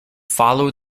follow